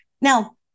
Now